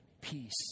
peace